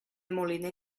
moliner